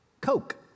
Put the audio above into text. Coke